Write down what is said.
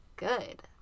good